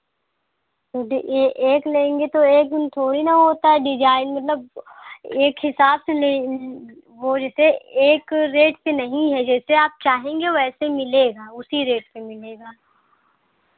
डि ए एक लेंगे तो एक में थोड़ी ना होता है डिजाइन मतलब एक हिसाब से मतलब लें वो जैसे एक रेट नहीं है जैसे आप चाहेंगे वैसे मिलेगा उसी रेट पे मिलेगा